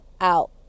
out